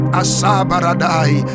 asabaradai